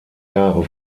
jahre